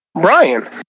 Brian